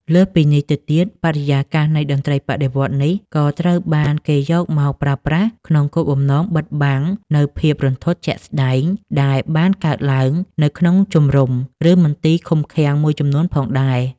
លើសពីនេះទៅទៀត បរិយាកាសនៃតន្ត្រីបដិវត្តន៍នេះ ក៏ត្រូវបានគេយកមកប្រើប្រាស់ក្នុងគោលបំណងបិទបាំងនូវភាពរន្ធត់ជាក់ស្ដែងដែលបានកើតឡើងនៅក្នុងជម្រុំ ឬមន្ទីរឃុំឃាំងមួយចំនួនផងដែរ។